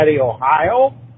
Ohio